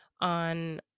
on